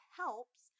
helps